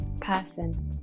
person